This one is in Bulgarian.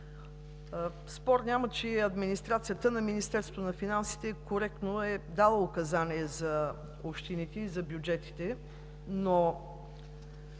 спор няма, че администрацията на Министерството на финансите коректно е дала указания за общините и за бюджетите. Но